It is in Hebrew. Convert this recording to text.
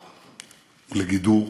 לגידור,